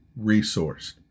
Resourced